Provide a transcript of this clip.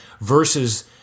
versus